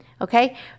okay